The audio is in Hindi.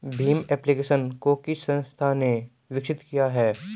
भीम एप्लिकेशन को किस संस्था ने विकसित किया है?